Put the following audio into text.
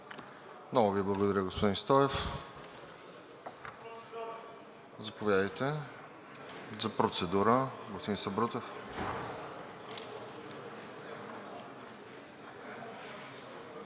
ЖЕЛЯЗКОВ: Благодаря Ви, господин Стоев. Заповядайте за процедура, господин Сабрутев.